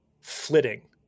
flitting